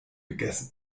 gegessen